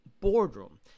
boardroom